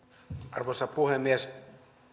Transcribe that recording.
arvoisa puhemies